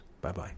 Bye-bye